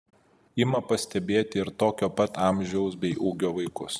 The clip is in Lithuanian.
ima pastebėti ir tokio pat amžiaus bei ūgio vaikus